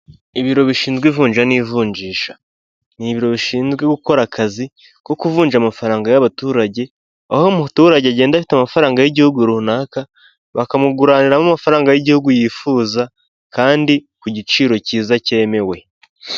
Ibiro bishinzwe ivunja n'ivunjisha; ni ibiro bishinzwe gukora akazi ko kuvunja amafaranga y'abaturage, aho umuturage agenda afite amafaranga y'igihugu runaka, bakamuguraniramo amafaranga y'igihugu yifuza kandi ku giciro cyiza cyemewe.